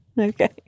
Okay